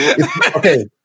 Okay